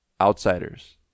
outsiders